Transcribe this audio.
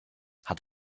had